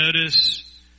notice